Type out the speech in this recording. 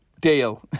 deal